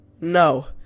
No